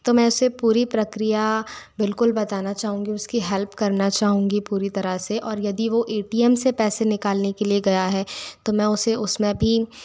तो मैं उसे पूरी प्रक्रिया बिल्कुल बताना चाहूँगी उसकी हेल्प करना चाहूँगी पूरी तरह से और यदि वो ए टी एम से पैसे निकालने के लिए गया है तो मैं उसे उसमें भी